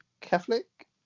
Catholic